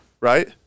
Right